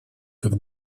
как